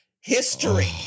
history